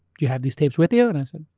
you have these tapes with you? and i said,